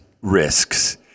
risks